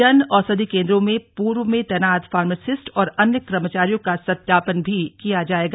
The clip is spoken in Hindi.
जन औषधि केन्द्रों में पूर्व में तैनात फार्मासिस्ट और अन्य कर्मचारियों का सत्यापन भी किया जाएगा